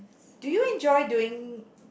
do you enjoy doing